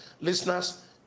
Listeners